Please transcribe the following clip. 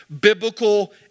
biblical